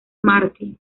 martí